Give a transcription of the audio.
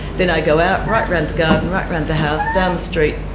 then i go out, right around the garden, right around the house, down the street,